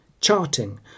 charting